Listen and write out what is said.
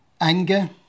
anger